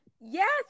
yes